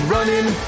Running